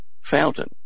fountain